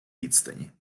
відстані